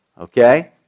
Okay